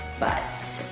but